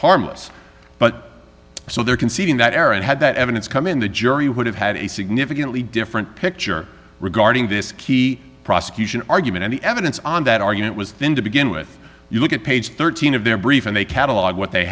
harmless but so they're conceding that error and had that evidence come in the jury would have had a significantly different picture regarding this key prosecution argument any evidence on that argument was thin to begin with you look at page thirteen of their brief and they catalog what they